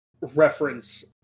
reference